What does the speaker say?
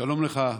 שלום לך.